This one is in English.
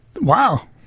Wow